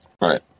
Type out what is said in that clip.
Right